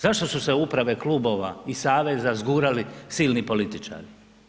Zašto su se u uprave klubova i saveza zgurali silni političari?